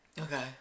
Okay